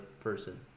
person